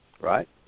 right